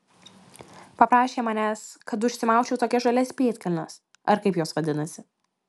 paprašė manęs kad užsimaučiau tokias žalias pėdkelnes ar kaip jos vadinasi